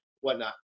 whatnot